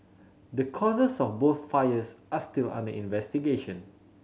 the causes of both fires are still under investigation